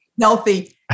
healthy